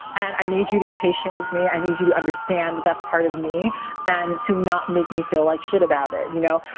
and i need you to be patient with me. i need you to understand that that's part of me and to not make me feel like shit about it, you know?